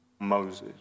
Moses